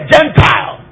Gentile